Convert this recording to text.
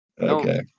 Okay